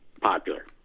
popular